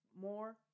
more